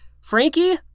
Frankie